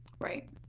Right